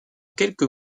quelques